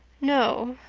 no,